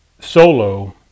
solo